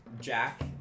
Jack